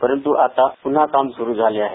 परंत् आता प्न्हा काम स्रु झाले आहे